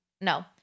No